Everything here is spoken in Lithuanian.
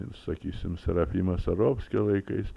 sakysim serafimo sarovskio laikais